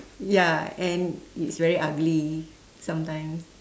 ya and it's very ugly sometimes